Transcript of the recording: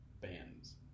bands